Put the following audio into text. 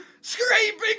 Scraping